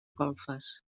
golfes